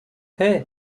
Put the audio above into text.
hey